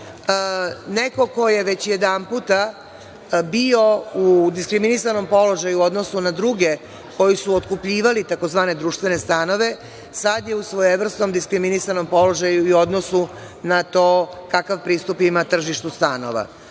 neko ko je već jedanputa bio u diskriminisanom položaju u odnosu na druge koji su otkupljivali tzv. društvene stanove, sada je u svojevrsnom diskriminisanom položaju u odnosu na to kakav pristup ima tržištu stanova.